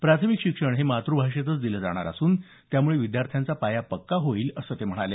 प्राथमिक शिक्षण हे मातुभाषेतच दिलं जाणार असून त्यामुळे विद्यार्थांचा पाया पक्का होईल असं ते म्हणाले